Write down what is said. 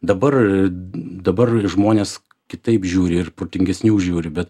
dabar dabar žmonės kitaip žiūri ir protingesnių žiūri bet